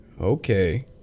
Okay